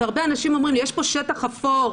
והרבה אנשים אומרים לי שיש כאן שטח אפור,